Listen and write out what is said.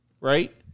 right